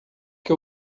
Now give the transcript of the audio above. que